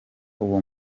uwo